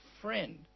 friend